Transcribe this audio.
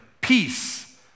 peace